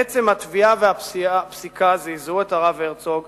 עצם התביעה והפסיקה זעזעו את הרב הרצוג,